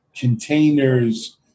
containers